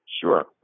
Sure